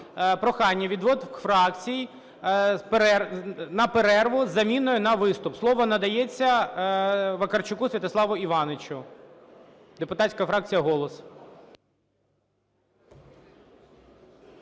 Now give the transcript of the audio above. прохання від двох фракцій на перерву з заміною на виступ. Слово надається Вакарчуку Святославу Івановичу, депутатська фракція "Голос".